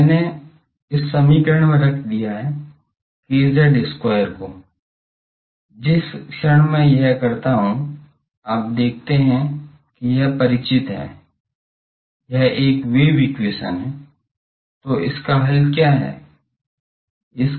अब मैंने इस समीकरण में रख दिया है kz square को जिस क्षण मैं यह करता हूँ आप देखते हैं कि यह परिचित है यह एक वेव एक्वेशन है तो इसका हल क्या है